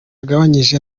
agabanyije